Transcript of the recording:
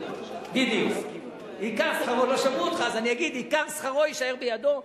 עיקר שכרו יישאר בידו.